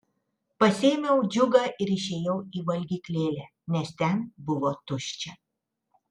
pasiėmiau džiugą ir išėjau į valgyklėlę nes ten buvo tuščia